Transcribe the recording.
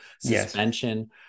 suspension